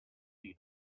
see